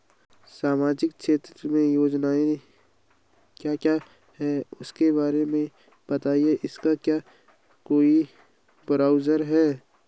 सामाजिक क्षेत्र की योजनाएँ क्या क्या हैं उसके बारे में बताएँगे इसका क्या कोई ब्राउज़र है?